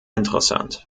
interessant